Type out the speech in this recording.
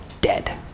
dead